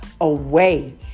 away